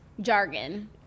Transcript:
jargon